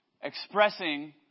expressing